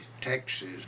Texas